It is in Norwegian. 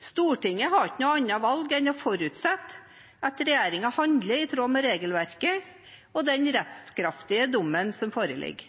Stortinget har ikke noe annet valg enn å forutsette at regjeringen handler i tråd med regelverket og den rettskraftige dommen som foreligger.